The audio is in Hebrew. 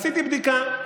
עשיתי בדיקה,